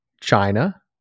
China